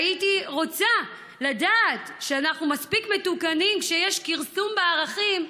והייתי רוצה לדעת שאנחנו מספיק מתוקנים כשיש כרסום בערכים,